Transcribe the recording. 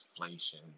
inflation